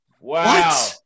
Wow